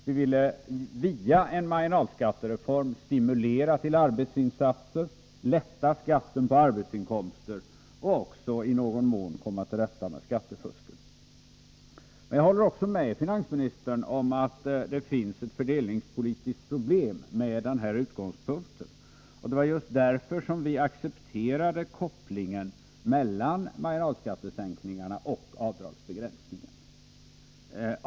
Vi ville via en marginalskattereform stimulera till arbetsinsatser, lätta skatten på arbetsinkomster och i någon mån komma till rätta med skattefusket. Jag håller också med finansministern om att det finns ett fördelningspolitiskt problem med denna utgångspunkt. Det var just därför som vi accepterade kopplingen mellan marginalskattesänkningarna och avdragsbegränsningen.